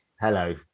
hello